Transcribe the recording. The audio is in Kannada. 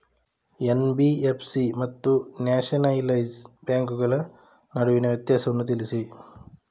ಎನ್.ಬಿ.ಎಫ್.ಸಿ ಮತ್ತು ನ್ಯಾಷನಲೈಸ್ ಬ್ಯಾಂಕುಗಳ ನಡುವಿನ ವ್ಯತ್ಯಾಸವನ್ನು ತಿಳಿಸಿ?